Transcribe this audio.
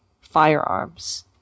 firearms